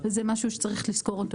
וזה משהו שצריך לזכור.